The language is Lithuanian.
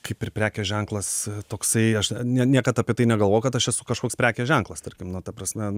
kaip ir prekės ženklas toksai aš ne niekad apie tai negalvojau kad aš esu kažkoks prekės ženklas tarkim na ta prasme